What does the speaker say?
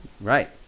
Right